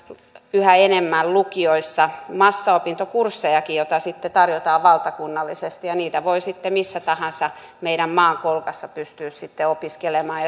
yhä enemmän massaopintokurssejakin joita tarjotaan valtakunnallisesti niitä pystyisi missä tahansa meidän maamme kolkassa opiskelemaan